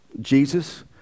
Jesus